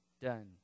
done